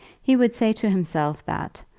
he would say to himself that,